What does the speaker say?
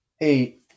Eight